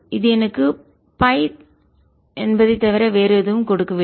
இது எனக்கு பை தவிர வேறு எதுவும் கொடுக்கவில்லை